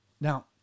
Now